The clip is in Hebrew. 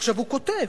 עכשיו, הוא כותב